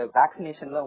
vaccination